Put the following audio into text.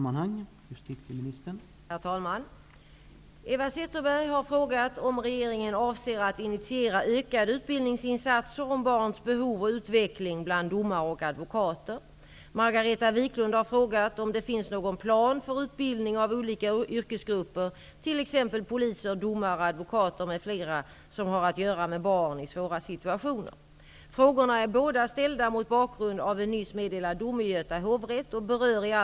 Finns det någon plan för utbildning av de olika yrkesgrupper, t.ex. poliser, psykologer, jurister, domare, advokater, barnhälsovårdspersonal, socialarbetare, som har att göra med barn i svåra situationer?